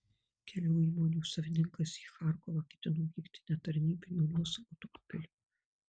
kelių įmonių savininkas į charkovą ketino vykti ne tarnybiniu o nuosavu automobiliu